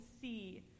see